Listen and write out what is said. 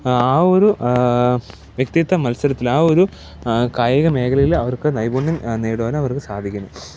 ആ ഒരു വ്യക്തിത്വ മത്സരത്തിൽ ആ ഒരു കായികമേഖലയിൽ അവർക്ക് നൈപുണ്യം നേടുവാനും അവർക്ക് സാധിക്കുന്നു